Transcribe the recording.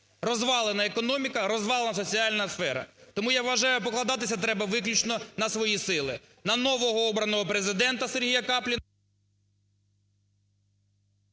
Розвалена економіка, розвалена соціальна сфера. Тому, я вважаю, покладатися треба виключно на свої сили, на нового обраного президента СергіяКапліна…